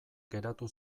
geratu